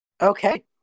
Okay